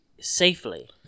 safely